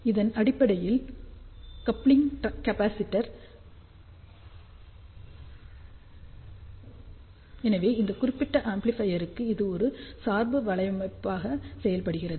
இதன் அடிப்படையில் coupling capacitor எனவே இந்த குறிப்பிட்ட ஆம்ப்ளிபையருக்கு இது ஒரு சார்பு வலையமைப்பாக செயல்படுகிறது